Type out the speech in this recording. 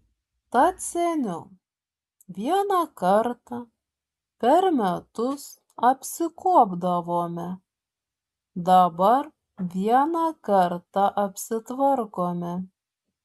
tad seniau vieną kartą per metus apsikuopdavome dabar vieną kartą apsitvarkome